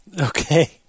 Okay